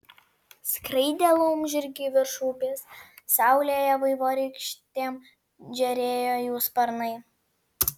skraidė laumžirgiai virš upės saulėje vaivorykštėm žėrėjo jų sparnai